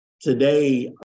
Today